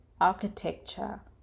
architecture